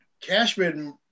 Cashman